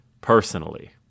personally